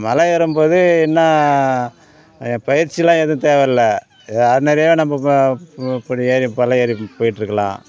மலை ஏறும் போது என்ன பயிற்சியெலாம் எதுவும் தேவைல்ல ஆட்னரியாக நம்ம ப பு இப்படி ஏறி பல ஏறி போய்கிட்ருக்கலாம்